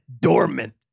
dormant